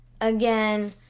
again